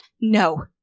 No